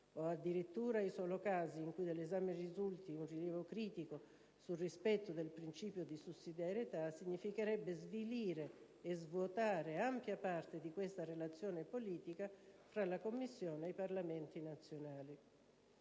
o addirittura ai soli casi in cui dall'esame risulti un rilievo critico sul rispetto del principio di sussidiarietà, significherebbe svilire e svuotare ampia parte di questa relazione politica tra la Commissione e i Parlamenti nazionali.